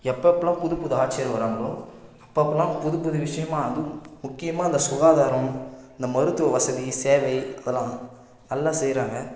எப்போப்பெல்லாம் புது புது ஆட்சியர் வரங்களோ அப்போப்பெல்லாம் புது புது விஷயமாக அதுவும் முக்கியமாக அந்த சுகாதாரம் இந்த மருத்துவ வசதி சேவை அதெல்லாம் நல்லா செய்கிறாங்க